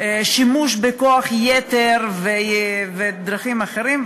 על שימוש בכוח יתר ודרכים אחרות,